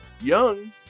Young